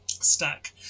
Stack